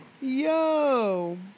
Yo